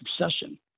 succession